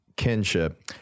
kinship